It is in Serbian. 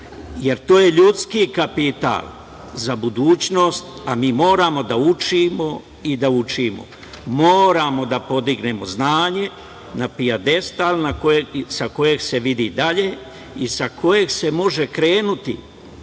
jer to je ljudski kapital za budućnost, a mi moramo da učimo i da učimo. Moramo da podignemo znanje na pijedestal sa kojeg se vidi dalje i sa kojeg se može krenuti